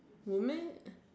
woman